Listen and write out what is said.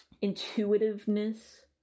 intuitiveness